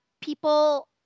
people